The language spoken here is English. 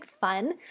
fun